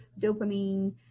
dopamine